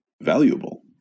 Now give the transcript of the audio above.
valuable